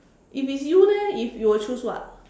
if it's you leh if you will choose what